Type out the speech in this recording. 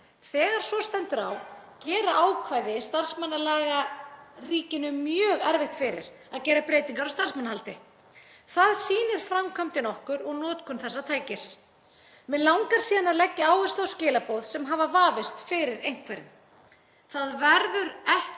Þegar svo stendur á gera ákvæði starfsmannalaga ríkinu mjög erfitt fyrir að gera breytingar á starfsmannahaldi. Það sýnir framkvæmdin okkur og notkun þessa tækis. Mig langar síðan að leggja áherslu á skilaboð sem hafa vafist fyrir einhverjum. Það verður ekki